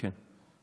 כן.